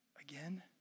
again